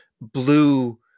blue –